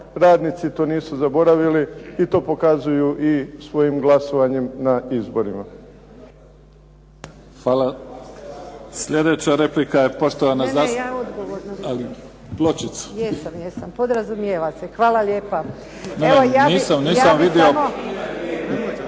Radnici to nisu zaboravili i to pokazuju svojim glasovanjem na izborima.